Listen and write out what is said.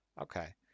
Okay